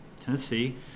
Tennessee